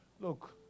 Look